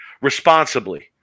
Responsibly